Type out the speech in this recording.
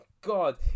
God